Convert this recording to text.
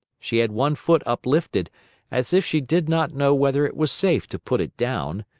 she had one foot uplifted as if she did not know whether it was safe to put it down,